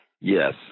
Yes